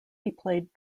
played